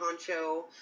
honcho